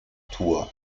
tour